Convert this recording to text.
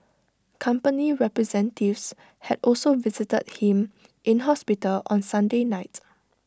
company representatives had also visited him in hospital on Sunday night